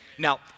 Now